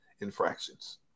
infractions